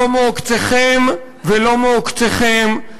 לא מעוקצכם ולא מעוקצכם,